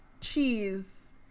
cheese